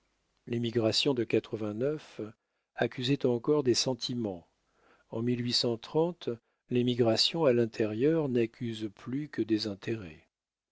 l'émigration de accusait encore des sentiments en l'émigration à l'intérieur n'accuse plus que des intérêts